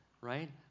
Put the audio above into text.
right